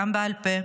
גם בעל-פה,